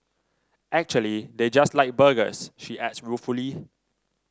actually they just like burgers she adds ruefully